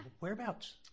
whereabouts